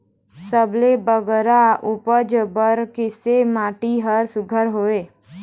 सबले बगरा उपज बर किसे माटी हर सुघ्घर हवे?